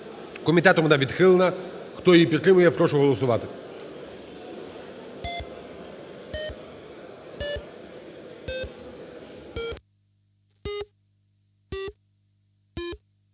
Комітетом вона відхилена. Хто її підтримує? Прошу голосувати.